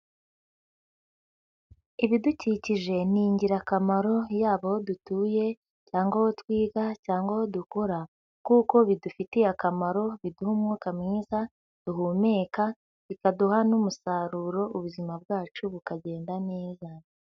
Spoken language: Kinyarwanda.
Ibidukikije ni ingirakamaro, yaba aho dutuye, cyangwa aho twiga, cyangwa aho dukora, kuko bidufitiye akamaro, biduha umwuka mwiza duhumeka, bikaduha n'umusaruro, ubuzima bwacu bukagenda neza.